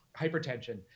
hypertension